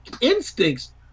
instincts